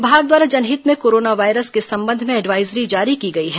विभाग द्वारा जनहित में कोरोना वायरस के संबंध में एडवाइजरी जारी की गई है